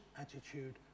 attitude